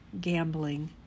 gambling